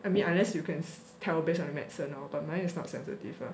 I mean unless you can tell based on the medicine lor but mine is not sensitive lah